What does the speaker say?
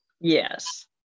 Yes